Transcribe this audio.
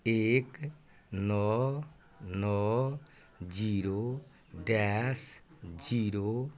एक नओ नओ जीरो डैश जीरो